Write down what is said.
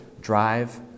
drive